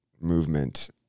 movement